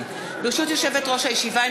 הרווחה והבריאות לוועדה לזכויות הילד